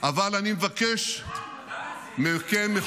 אבל אני מבקש -- רק זה ----- מכם,